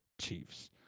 Chiefs